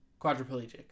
Quadriplegic